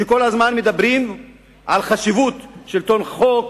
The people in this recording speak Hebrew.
שכל הזמן מדברים על חשיבות שלטון החוק